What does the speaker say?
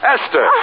Esther